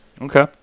Okay